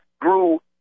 grew –